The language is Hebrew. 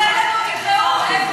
רק שיגיד איפה אפשר לקרוא.